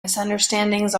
misunderstandings